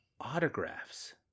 autographs